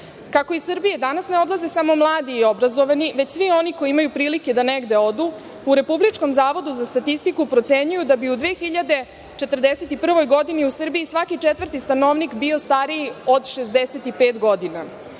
Kako iz Srbije danas ne odlaze samo mladi i obrazovani, već svi oni koji imaju prilike da negde odu, u Republičkom zavodu za statistiku procenjuju da bi u 2041. godini u Srbiji svaki četvrti stanovnik bio stariji od 65 godina. Pitamo